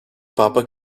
papa